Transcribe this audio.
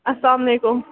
اسلام وعلیکُم